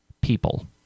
people